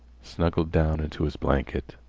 snuggled down into his blanket,